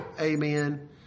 Amen